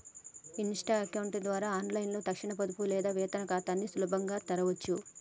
Insta account ద్వారా ఆన్లైన్లో తక్షణ పొదుపు లేదా వేతన ఖాతాని సులభంగా తెరవచ్చు